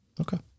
okay